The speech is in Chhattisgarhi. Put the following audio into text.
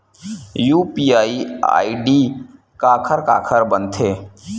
यू.पी.आई आई.डी काखर काखर बनथे?